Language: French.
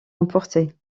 emportait